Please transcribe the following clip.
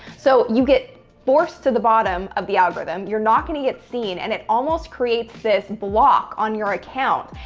so, you get forced to the bottom of the algorithm, you're not going to get seen, and it almost creates this block on your account.